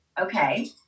Okay